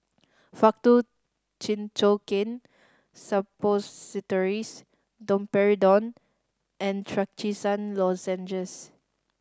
Faktu Cinchocaine Suppositories Domperidone and Trachisan Lozenges